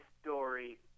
story